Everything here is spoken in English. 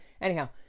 Anyhow